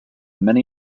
many